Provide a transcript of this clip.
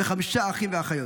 וחמישה אחים ואחיות.